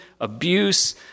abuse